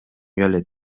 келет